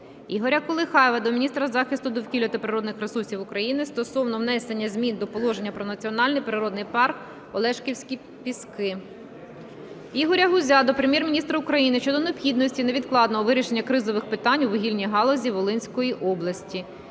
Ігоря Колихаєва до міністра захисту довкілля та природних ресурсів України стосовно внесення змін до Положення про Національний природний парк "Олешківські піски". Ігоря Гузя до Прем'єр-міністра України щодо необхідності невідкладного вирішення кризових питань у вугільній галузі Волинської області.